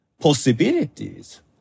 possibilities